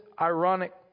ironic